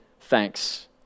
thanks